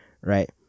right